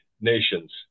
nations